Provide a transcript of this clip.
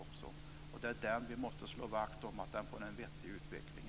I stället måste vi slå vakt om att järnvägstrafiken får en vettig utveckling.